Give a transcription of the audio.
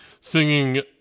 singing